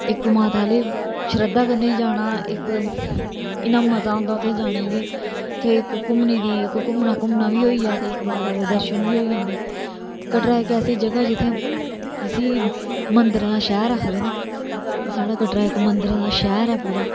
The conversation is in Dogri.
इक माता आहले श्रदा कन्नै जाना इक इन्ना मजा ओंदा उत्थै जाने गी उत्थै इक घूमने दी इक घूमना बी होई गेआ ते इक माता दे दर्शन बी होई जंदे कटरा इक ऐसी जगह जित्थै जिसी मंदरे दा शैह्र आक्खदे ना ते साढ़ा कटरा इक मदंरे दा शैह्र ऐ पूरा